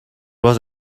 was